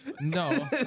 No